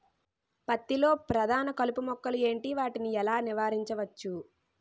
పత్తి లో ప్రధాన కలుపు మొక్కలు ఎంటి? వాటిని ఎలా నీవారించచ్చు?